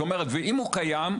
ואם הוא קיים,